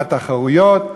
מה התחרויות,